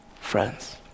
Friends